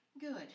Good